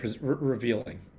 revealing